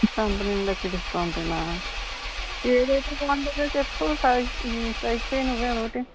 company నుండి వచ్చే discount ఏనా ఏదైతే బాగుంటుందో చెప్పు సెలక్ట్ సెలెక్ట్ చేయ్యి నువ్వే ఒకటి